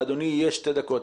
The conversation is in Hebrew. לאדוני יש שתי דקות,